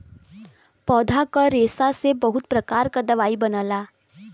पौधा क रेशा से बहुत प्रकार क दवाई बनला